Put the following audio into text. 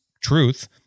truth